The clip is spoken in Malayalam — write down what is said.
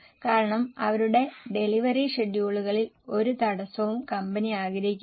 കാരണം അവരുടെ ഡെലിവറി ഷെഡ്യൂളുകളിൽ ഒരു തടസ്സവും കമ്പനി ആഗ്രഹിക്കുന്നില്ല